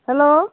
hello